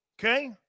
okay